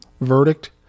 verdict